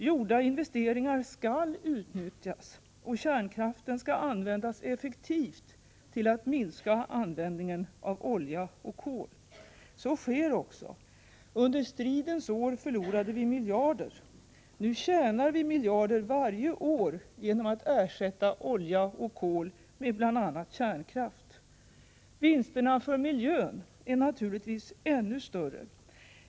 Gjorda investeringar skall utnyttjas och kärnkraften skall användas effektivt till att minska användningen av olja och kol. Så sker också. Under stridens år förlorade vi miljarder. Nu tjänar vi miljarder varje år genom att ersätta olja och kol med bl.a. kärnkraft. Vinsterna för miljön är naturligtvis ännu större.